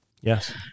Yes